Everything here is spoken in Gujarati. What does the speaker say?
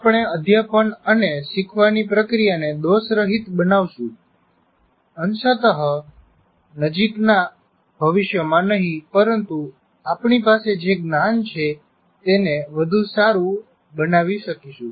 આપણે અધ્યાપન અને શીખવાની પ્રક્રિયાને દોષરહિત બનાવશું અંશતઃ નજીકના ભવષ્યમાં નહીં પરંતુ આપણી પાસે જે જ્ઞાન છે તેને વધુ સારું બનાવી શકીશું